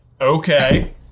Okay